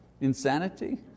insanity